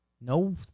No